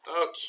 Okay